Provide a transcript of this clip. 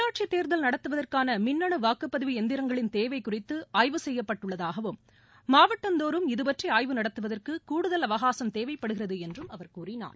உள்ளாட்சித் தேர்தல் நடத்துவதற்கான மின்னனு வாக்குப்பதிவு எந்திரங்களின் தேவை குறித்து ஆய்வு செய்யப்பட்டுள்ளதாகவும் மாவட்டந்தோறும் இது பற்றி ஆய்வு நடத்துவதற்கு கூடுதல் அவகாசம் தேவைப்படுகிறது என்றும் அவர் கூறினார்